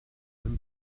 dem